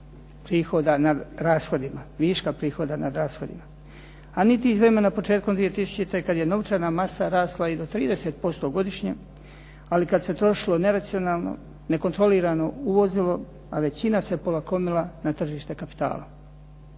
potencijal viška prihoda nad rashodima a niti iz vremena početkom 2000. kad je novčana masa rasla i do 30% godišnje ali kad se trošilo neracionalno, nekontrolirano uvozilo a većina se polakomila na tržište kapitala.